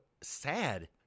sad